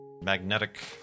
magnetic